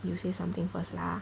you say something first lah